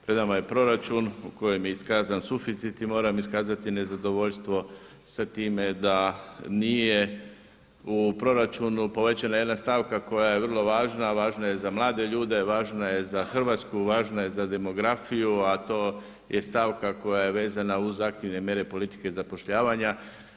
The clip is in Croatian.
Pred nama je proračun u kojem je iskazan suficit i moram iskazati nezadovoljstvo sa time da nije u proračunu povećana jedna stavka koja je vrlo važna, a važna je za mlade ljude, važna je Hrvatsku, važna je za demografiju, a to je stavka koja je vezana uz aktivne mjere politike zapošljavanja.